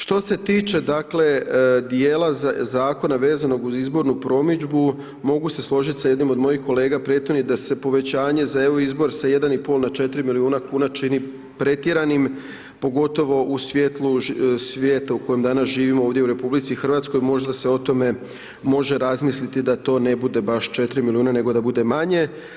Što se tiče dakle dijela zakona vezanog uz izbornu promidžbu, mogu se složit sa jednim od mojih kolega prethodnih da se povećanje za EU izbor sa 1,5 na 4 miliona kuna čini pretjeranim pogotovo u svjetlu svijeta u kojem danas živimo ovdje u RH možda se o tome može razmisliti da to ne bude baš 4 miliona nego da bude manje.